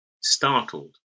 Startled